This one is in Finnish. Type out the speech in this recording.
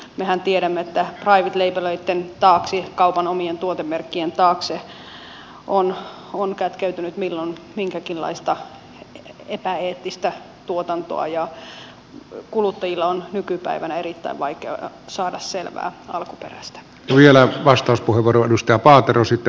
mehän tiedämme että private labeleitten taakse kaupan omien tuotemerkkien taakse on kätkeytynyt milloin minkäkinlaista epäeettistä tuotantoa ja kuluttajien on nykypäivänä erittäin vaikea saada selvää alkuperästä tuo vielä vastauspuheenvuoro edusta paaterositte